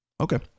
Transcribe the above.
Okay